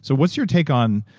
so what's your take on,